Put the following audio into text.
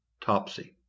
Topsy